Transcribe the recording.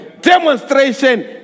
Demonstration